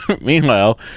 Meanwhile